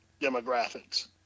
demographics